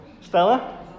Stella